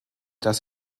dass